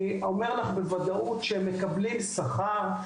אני אומר לך בוודאות שהם מקבלים שכר,